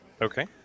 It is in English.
Okay